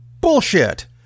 bullshit